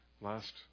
last